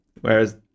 whereas